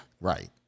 Right